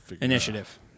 Initiative